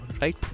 right